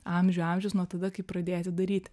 amžių amžius nuo tada kai pradėti daryti